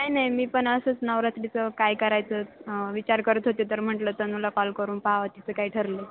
काही नाही मी पण असंच नवरात्रीचं काय करायचंच विचार करत होते तर म्हटलं तनूला कॉल करून पाहावं तिचं काय ठरलं आहे